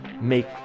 make